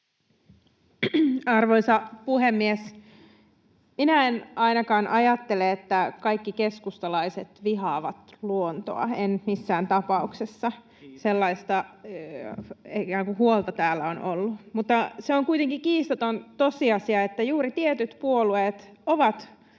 Arvoisa puhemies! Minä en ainakaan ajattele, että kaikki keskustalaiset vihaavat luontoa, en missään tapauksessa. Sellaista huolta täällä on ollut. Mutta se on kuitenkin kiistaton tosiasia, että juuri tietyt puolueet ovat